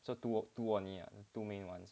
so two two only ah two main ones